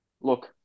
Look